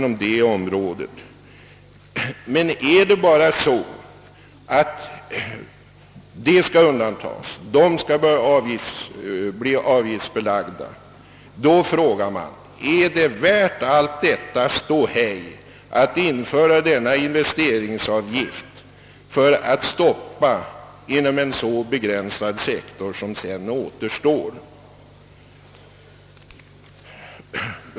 Om nu bara sådana projekt skall undantas och bli avgiftsbelagda, så frågar man sig: Är det värt allt detta ståhej att införa en investeringsavgift för att stoppa inom en så begränsad sektor som sedan återstår?